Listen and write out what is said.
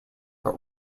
but